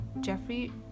Jeffrey